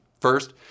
first